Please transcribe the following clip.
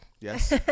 yes